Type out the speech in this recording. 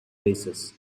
basis